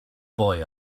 boy